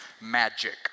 magic